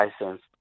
license